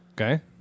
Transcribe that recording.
Okay